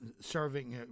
serving